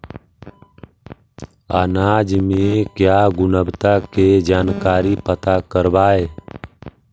अनाज मे क्या गुणवत्ता के जानकारी पता करबाय?